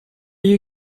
you